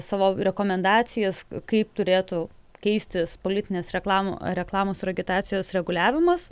savo rekomendacijas kaip turėtų keistis politinės reklamos reklamos ir agitacijos reguliavimas